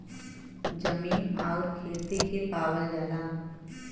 जमीन आउर खेती के पावल जाला